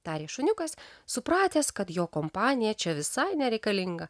tarė šuniukas supratęs kad jo kompanija čia visai nereikalinga